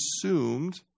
consumed